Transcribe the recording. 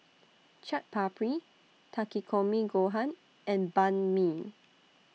Chaat Papri Takikomi Gohan and Banh MI